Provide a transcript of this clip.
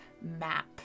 map